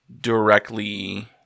directly